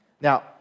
Now